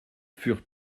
furent